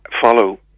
Follow